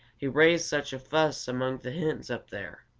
he raised such a fuss among the hens up there.